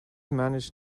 managed